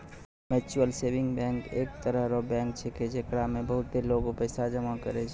mutual saving bank एक तरह रो बैंक छैकै, जेकरा मे बहुते लोगें पैसा जमा करै छै